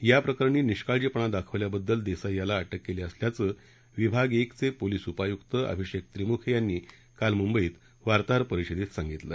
या प्रकरणी निष्काळजीपणा दाखवल्याबद्दल देसाई यांना अटक करण्यात आल्याचं विभाग एक चे पोलीस उपायुक्त अभिषेक त्रिमुखे यांनी काल मुंबईत वार्ताहर परिषदेत सांगितलं